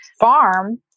farm